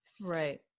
right